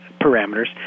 parameters